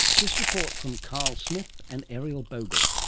this report from carl smith and ariel bogle.